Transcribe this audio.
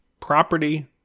property